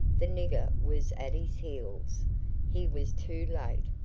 the nigger was at his heels he was too late.